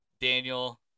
Daniel